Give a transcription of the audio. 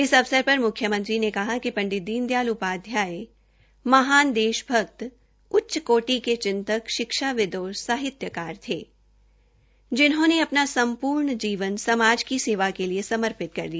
इस अवसर पर मुख्यमंत्री ने कहा कि पंडित दीन दयाल उपाध्याय महान देशभक्त उच्चकोटि के चिंतक शिक्षाविद्व और साहित्याकार थे जिन्होंने अपना सम्पूर्ण जीवन समाज की सेवा के लिए समर्पित कर दिया